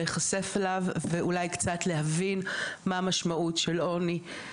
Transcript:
להיחשף אליו ואולי קצת להבין מה המשמעות של עוני.